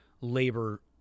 labor